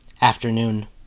Afternoon